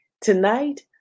Tonight